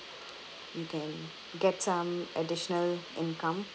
you can get some additional income